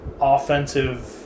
offensive